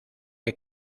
que